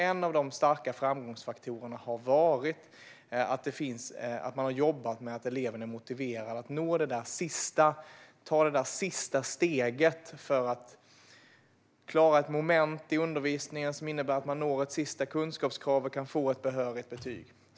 En av dessa starka framgångsfaktorer har varit att man har jobbat med att eleverna är motiverade att ta det där sista steget för att klara ett moment i undervisningen som innebär att de når ett sista kunskapskrav och kan få ett betyg för att bli behöriga.